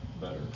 better